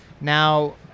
Now